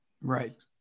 Right